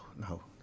No